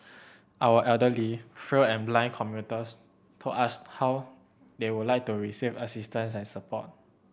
our elderly frail and blind commuters told us how they would like to receive assistance and support